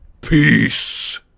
peace